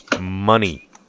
Money